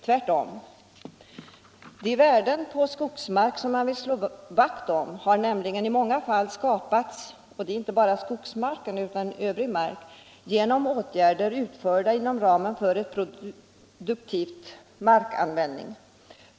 Tvärtom; de värden på skogsmark som man vill slå vakt om har nämligen i många fall skapats — och det gäller inte bara skogsmark utan också annan mark — genom åtgärder utförda inom ramen för en produktiv markanvändning.